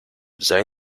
sei